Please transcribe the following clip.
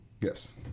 yes